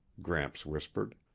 gramps whispered.